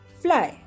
fly